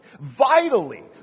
vitally